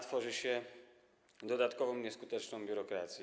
Tworzy się dodatkową nieskuteczną biurokrację.